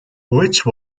which